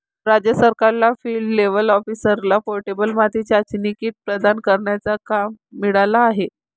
राज्य सरकारच्या field level ऑफिसरला पोर्टेबल माती चाचणी किट प्रदान करण्याचा काम मिळाला आहे